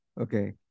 okay